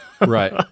right